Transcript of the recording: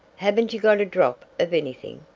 heven't you got a drop of anything?